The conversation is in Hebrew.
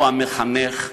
הוא המחנך,